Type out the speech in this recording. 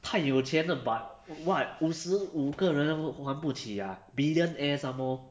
太有钱 but what 五十五个人还不起 ah billionaire some more